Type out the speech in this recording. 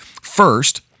First